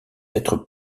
être